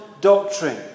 doctrine